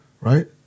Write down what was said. Right